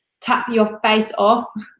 tap your face off.